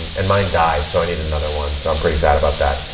and mine died, so i need another one. so i'm pretty sad about that.